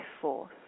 force